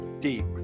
deep